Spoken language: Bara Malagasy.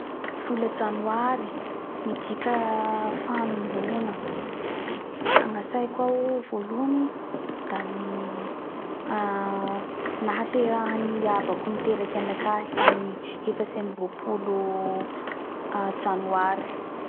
La mieritseritsy ny vola janoary iaho da midika ho fiantomboha io agnamiko; vola ny fiatomboha satria amignio aby ny fiatoamboany raha iaby iaby; fiantombohany ny tao io aby da gnatsaiko ao voalohany da ny nahaterahany abako babako babako niteraky anakahy